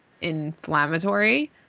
inflammatory